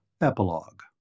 Epilogue